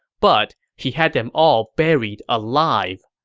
but he had them all buried alive.